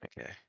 Okay